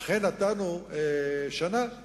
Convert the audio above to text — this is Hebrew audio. ואכן נתנו שנה להתארגנות.